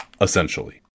essentially